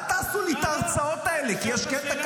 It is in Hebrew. אל תעשו לי את ההרצאות האלה,